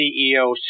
CEO